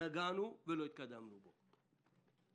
נגענו ולא התקדמנו בו.